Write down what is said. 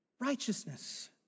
righteousness